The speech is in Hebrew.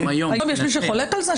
היום יש מי שחולק על זה?